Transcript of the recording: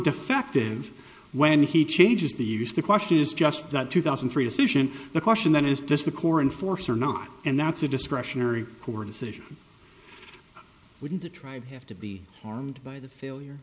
defective when he changes the use the question is just the two thousand and three decision the question then is this the core in force or not and that's a discretionary poor decision wouldn't the tribe have to be harmed by the failure